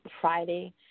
Friday